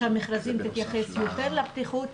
שהמכרזים יתייחסו יותר לבטיחות,